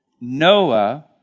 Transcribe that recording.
Noah